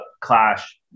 clash